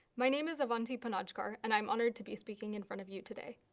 my name is avanti panajkar, and i'm honored to be speaking in front of you today.